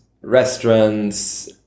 restaurants